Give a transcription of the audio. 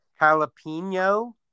jalapeno